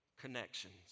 connections